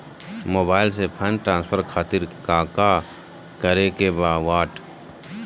Mobile से fund transfer खातिर काका करे के बा?